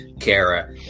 Kara